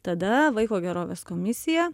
tada vaiko gerovės komisija